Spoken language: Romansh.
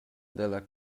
dalla